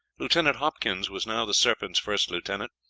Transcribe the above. lieutenant hopkins was now the serpent's first lieutenant,